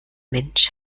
mensch